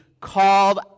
called